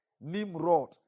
Nimrod